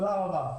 תודה רבה.